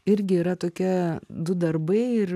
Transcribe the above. irgi yra tokie du darbai ir